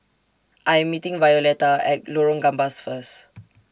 I'm meeting Violetta At Lorong Gambas First